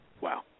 Wow